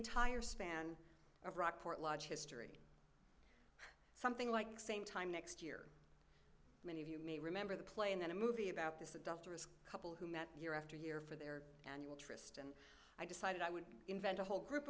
entire span of rockport lodge history something like same time next year many of you may remember the play in a movie about this adulterous couple who met year after year for their annual tryst i decided i would invent a whole group